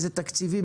איזה תקציבים,